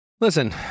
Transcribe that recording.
listen